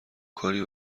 کاری